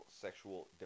sexual